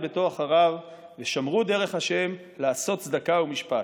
ביתו אחריו ושמרו דרך ה' לעשות צדקה ומשפט"